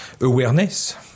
awareness